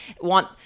want